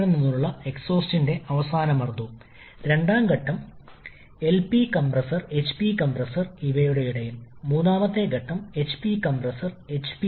അതിനാൽ ഇത് താപനില 4 ൽ പുറത്തുവരുന്നു അതിനുശേഷം ഒരു പുനരുജ്ജീവനമുണ്ട് അതിനെക്കുറിച്ച് ഞാൻ ഇപ്പോൾ സംസാരിക്കാൻ പോകുന്നില്ല